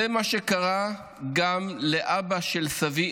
זה מה שקרה גם לאבא של סבי,